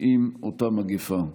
עם אותה מגפה.